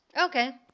Okay